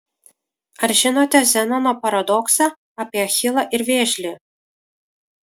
ar žinote zenono paradoksą apie achilą ir vėžlį